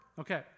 Okay